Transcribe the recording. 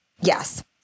Yes